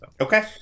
okay